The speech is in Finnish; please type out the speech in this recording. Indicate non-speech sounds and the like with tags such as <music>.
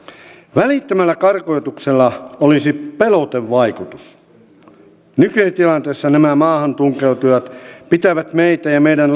välittömällä karkotuksella olisi pelotevaikutus nykytilanteessa nämä maahantunkeutujat pitävät meitä ja meidän <unintelligible>